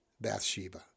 Bathsheba